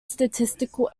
statistical